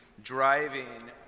driving